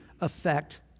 affect